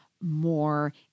more